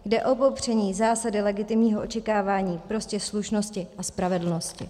Jde o popření zásady legitimního očekávání, prostě slušnosti a spravedlnosti.